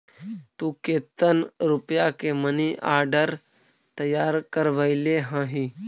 तु केतन रुपया के मनी आर्डर तैयार करवैले हहिं?